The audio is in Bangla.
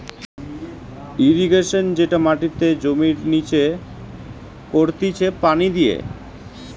ইরিগেশন যেটা মাটিতে জমির লিচে করতিছে পানি দিয়ে